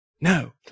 No